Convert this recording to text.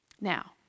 Now